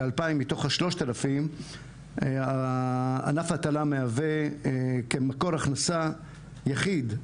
כ-2,000 מתוך ה-3,000 ענף ההטלה מהווה כמקור הכנסה יחיד,